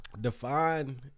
Define